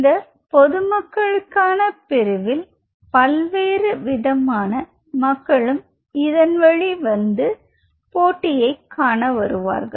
இந்த பொதுமக்களுக்கான பிரிவில் பல்வேறு விதமான மக்களும் இதன் வழி வந்து போட்டி காண வருவார்கள்